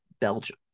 Belgium